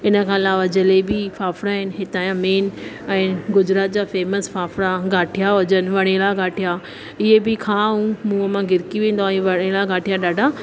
इन खां अलावा जलेबी फाफड़ा आहिनि हितां जा मेन ऐं गुजरात जा फेमस फाफड़ा गाठिया हुजनि वरेड़ा गाठिया इहे बि खाऊं मुंहुं मां घिरकी वेंदो आ इहो वरेड़ा गाठिया ॾाढा